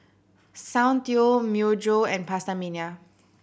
Soundteoh Myojo and PastaMania